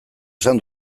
esan